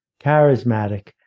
charismatic